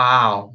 Wow